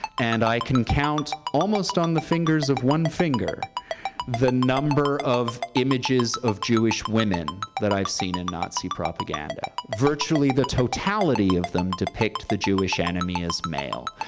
and i can count almost on the fingers of one finger the number of images of jewish women that i've seen in nazi propaganda. virtually the totality of them depict the jewish enemy as male,